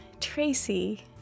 Tracy